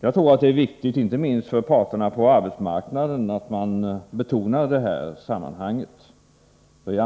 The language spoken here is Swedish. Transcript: Jag tror att det är viktigt, inte minst för parterna på arbetsmarknaden, att man betonar det här sammanhanget. Tyvärr